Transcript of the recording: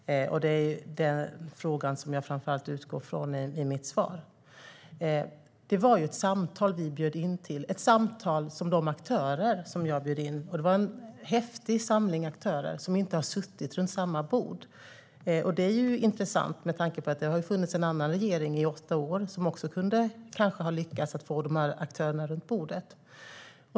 Det är den fråga som jag framför allt utgår från i mitt svar. Det var ett samtal vi bjöd in till, ett samtal med en häftig samling aktörer som inte har suttit runt samma bord. Det är intressant med tanke på att det har funnits en annan regering i åtta år som kanske också kunde ha lyckats få de här aktörerna runt bordet.